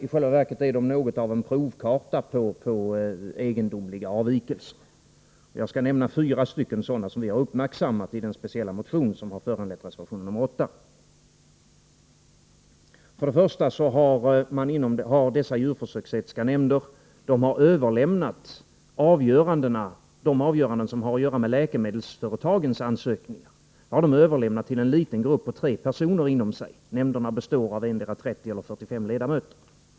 I själva verket är de något av en provkarta på egendomliga avvikelser. Jag skall nämna fyra sådana som vi har uppmärksammat i den motion som föranlett reservation nr 8. För det första har dessa djurförsöksetiska nämnder överlämnat de avgöranden som har att göra med läkemedelsföretagens ansökningar till en liten grupp inom sig på tre personer — nämnderna består av endera 30 eller 45 ledamöter.